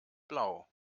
blau